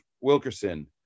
Wilkerson